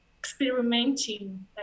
experimenting